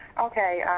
Okay